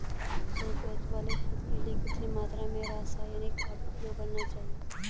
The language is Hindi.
सौ गज वाले खेत के लिए कितनी मात्रा में रासायनिक खाद उपयोग करना चाहिए?